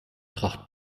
tracht